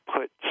put